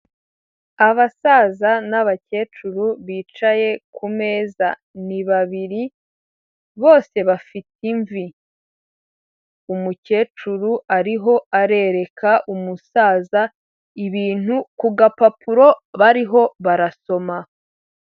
Abasaza n'abakecuru bicaye kumeza ni babiri bose bafite imvi. Umukecuru ariho arereka umusaza ibintu ku gapapuro bariho barasoma.